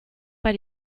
bei